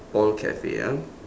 paul cafe ah